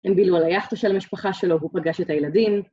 הם בילו על היאכטה של המשפחה שלו והוא פגש את הילדים.